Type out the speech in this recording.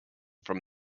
from